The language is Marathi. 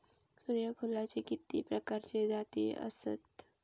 सूर्यफूलाचे किती प्रकारचे जाती आसत?